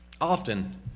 Often